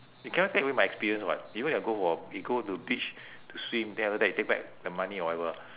you cannot take away my experience [what] even if I go for you go to beach to swim then after that you take back the money or whatever